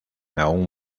aún